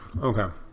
okay